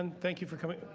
um thank you for coming.